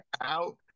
out